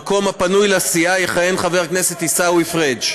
בוועדת הכספים, במקום הפנוי לסיעה יכהן חבר הכנסת אילן גילאון,